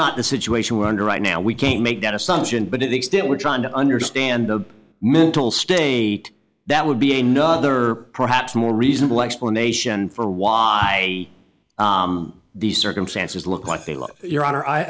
not the situation we're under right now we can't make that assumption but it is still we're trying to understand the mental state that would be a no other perhaps more reasonable explanation for why om these circumstances look like they live your honor i